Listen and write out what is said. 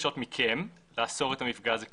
ומבקשות מכם לאסור את המפגע הזה כליל.